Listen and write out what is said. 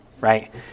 right